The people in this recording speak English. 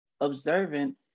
observant